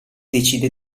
decide